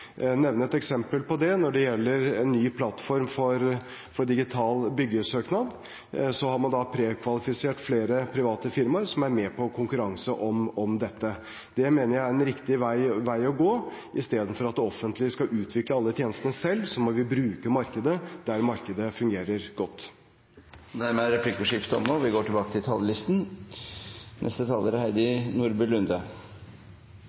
nevne et eksempel på det: Når det gjelder ny plattform for digital byggesøknad, har man prekvalifisert flere private firmaer som er med på konkurransen om dette. Det mener jeg er en riktig vei å gå. Istedenfor at det offentlige skal utvikle alle tjenestene selv, må vi bruke markedet der markedet fungerer godt. Replikkordskiftet er omme. De talere som heretter får ordet, har også en taletid på inntil 3 minutter. Takk til